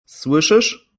słyszysz